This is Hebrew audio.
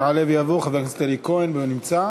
יעלה ויבוא חבר הכנסת אלי כהן, לא נמצא,